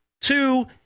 Two